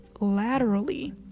laterally